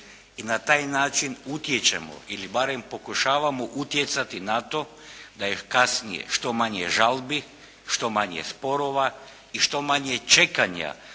i na taj način utječemo ili barem pokušavamo utjecati na to da je kasnije što manje žalbi, što manje sporova i što manje čekanja